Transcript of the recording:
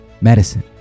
medicine